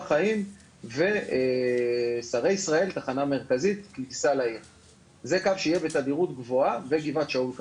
חיים-שרי ישראל-תחנה מרכזית-כניסה לעיר-גבעת שאול,